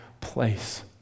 place